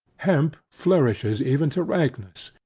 hemp flourishes even to rankness,